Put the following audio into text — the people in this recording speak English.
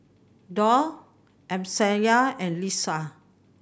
Daud Amsyar and Lisa